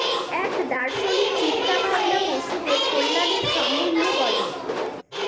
এক দার্শনিক চিন্তা ভাবনা পশুদের কল্যাণের সম্বন্ধে বলে